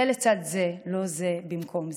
זה לצד זה, לא זה במקום זה.